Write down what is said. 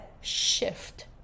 shift